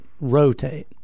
rotate